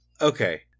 Okay